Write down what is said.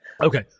Okay